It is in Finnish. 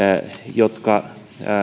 jotka